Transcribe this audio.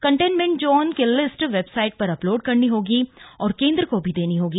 containment zone की list website पर upload करनी होगी और केंद्र को भी देनी होगी